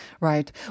right